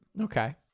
Okay